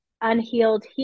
unhealed